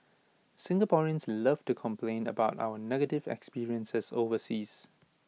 Singaporeans love to complain about our negative experiences overseas